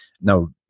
Now